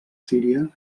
síria